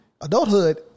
Adulthood